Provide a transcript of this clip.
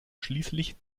schließlich